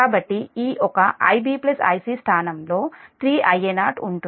కాబట్టి ఈ ఒక Ib Ic స్థానంలో 3 Ia0 ఉంటుంది